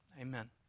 Amen